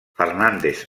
fernández